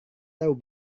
tahu